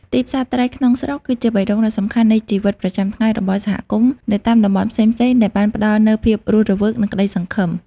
ទីផ្សារត្រីក្នុងស្រុក គឺជាបេះដូងដ៏សំខាន់នៃជីវិតប្រចាំថ្ងៃរបស់សហគមន៍នៅតាមតំបន់ផ្សេងៗដែលបានផ្តល់នូវភាពរស់រវើក និងក្ដីសង្ឃឹម។